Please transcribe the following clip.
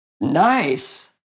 Nice